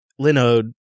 Linode